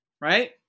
Right